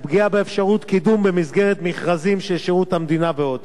לפגיעה באפשרות קידום במסגרת מכרזים של שירות המדינה ועוד.